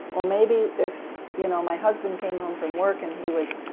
well maybe if you know my husband came home from work and he was